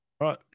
Right